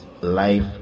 life